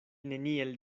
neniel